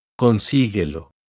Consíguelo